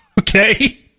okay